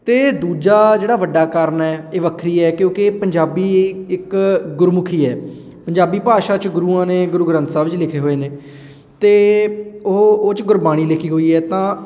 ਅਤੇ ਦੂਜਾ ਜਿਹੜਾ ਵੱਡਾ ਕਾਰਨ ਹੈ ਇਹ ਵੱਖਰੀ ਹੈ ਕਿਉਂਕਿ ਪੰਜਾਬੀ ਇੱਕ ਗੁਰਮੁਖੀ ਹੈ ਪੰਜਾਬੀ ਭਾਸ਼ਾ 'ਚ ਗੁਰੂਆਂ ਨੇ ਗੁਰੂ ਗ੍ਰੰਥ ਸਾਹਿਬ ਜੀ ਲਿਖੇ ਹੋਏ ਨੇ ਅਤੇ ਉਹ ਉਹ 'ਚ ਗੁਰਬਾਣੀ ਲਿਖੀ ਹੋਈ ਹੈ ਤਾਂ